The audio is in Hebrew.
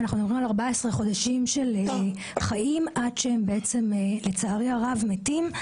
אנחנו מדברים על 14 חודשים של חיים עד שלצערי הרב מתים.